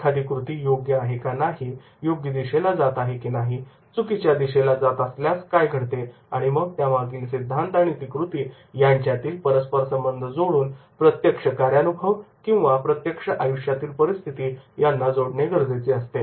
एखादी कृती योग्य आहे की नाही योग्य दिशेने जात आहे की नाही चुकीच्या दिशेने जात असताना काय घडले आणि मग त्यामागील सिद्धांत आणि ती कृती यांच्यातील परस्पर संबंध जोडून प्रत्यक्ष कार्यानुभव किंवा प्रत्यक्ष आयुष्यातील परिस्थितीशी त्यांना जोडणे गरजेचे असते